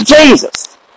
Jesus